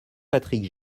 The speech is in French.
patrick